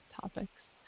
topics